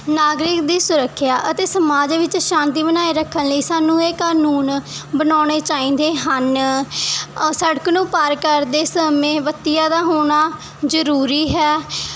ਨਾਗਰਿਕ ਦੀ ਸੁਰੱਖਿਆ ਅਤੇ ਸਮਾਜ ਵਿੱਚ ਸ਼ਾਂਤੀ ਬਣਾਈ ਰੱਖਣ ਲਈ ਸਾਨੂੰ ਇਹ ਕਾਨੂੰਨ ਬਣਾਉਣੇ ਚਾਹੀਦੇ ਹਨ ਸੜਕ ਨੂੰ ਪਾਰ ਕਰਦੇ ਸਮੇਂ ਬੱਤੀਆਂ ਦਾ ਹੋਣਾ ਜ਼ਰੂਰੀ ਹੈ